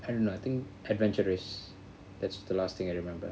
I don't know I think adventurous that's the last thing I remember